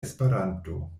esperanto